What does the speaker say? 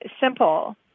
simple